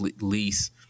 lease